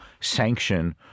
sanction